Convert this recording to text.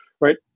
right